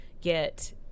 get